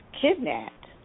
kidnapped